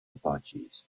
apaches